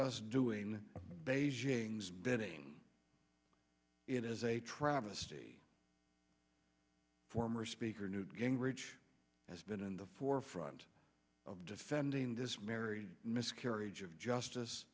us doing beijing's bidding it is a travesty former speaker newt gingrich has been in the forefront of defending this merry miscarriage of justice